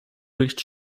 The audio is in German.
bericht